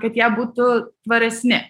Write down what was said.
kad jie būtų tvaresni